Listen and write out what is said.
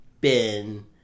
Ben